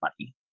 money